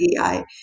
AI